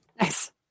Nice